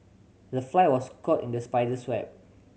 the fly was caught in the spider's web